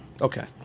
Okay